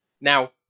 Now